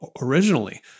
originally